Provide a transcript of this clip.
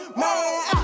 man